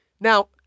Now